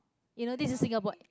you know this is singapore